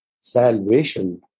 salvation